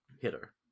hitter